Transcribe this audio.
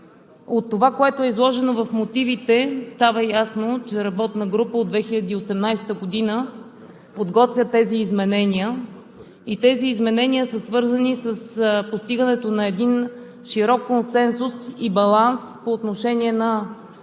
от това, което е изложено в мотивите, става ясно, че работна група от 2018 г. подготвя тези изменения и те са свързани с постигането на един широк консенсус и баланс по отношение на